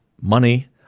money